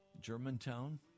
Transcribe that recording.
Germantown